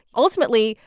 ultimately,